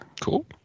Cool